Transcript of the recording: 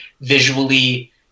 visually